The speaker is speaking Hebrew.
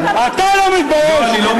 אתה לא מתבייש?